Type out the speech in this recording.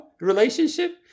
relationship